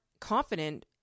confident